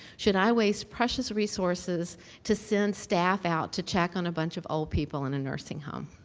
should i waste precious resources to send staff out to check on a bunch of old people in a nursing home?